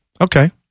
Okay